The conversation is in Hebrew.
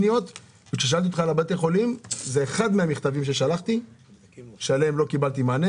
אחד המכתבים ששלחתי היה בנוגע לבתי החולים שעליו לא קיבלתי מענה.